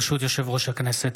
ברשות יושב-ראש הכנסת,